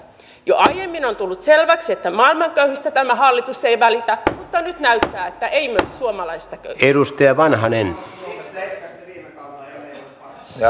jo aiemmin on tullut selväksi että maailman köyhistä tämä hallitus ei välitä mutta nyt näyttää että ei myöskään suomalaisista köyhistä